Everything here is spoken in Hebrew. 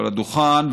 על הדוכן,